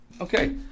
Okay